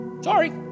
sorry